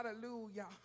Hallelujah